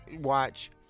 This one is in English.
watch